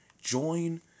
join